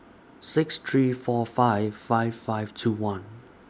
six three four five five five two one